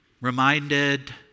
Reminded